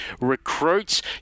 recruits